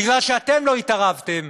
בגלל שאתם לא התערבתם,